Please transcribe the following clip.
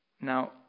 Now